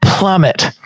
plummet